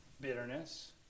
Bitterness